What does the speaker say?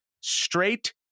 straight